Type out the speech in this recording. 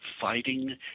fighting